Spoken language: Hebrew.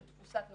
של תפוסת נוסעים,